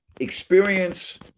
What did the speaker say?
experience